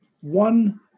one